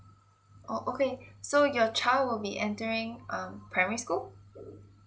oh okay so your child will be entering um primary school